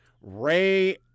Ray